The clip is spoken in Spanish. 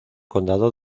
condado